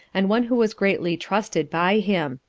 and one who was greatly trusted by him.